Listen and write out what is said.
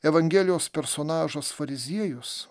evangelijos personažas fariziejus